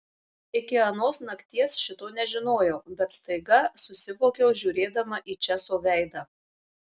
iki anos nakties šito nežinojau bet staiga susivokiau žiūrėdama į česo veidą